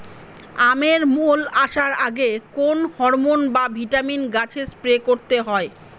আমের মোল আসার আগে কোন হরমন বা ভিটামিন গাছে স্প্রে করতে হয়?